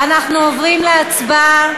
אנחנו עוברים להצבעה.